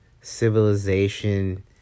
civilization